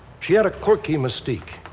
she had a quirky mystique,